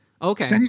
Okay